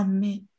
Amen